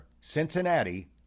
Cincinnati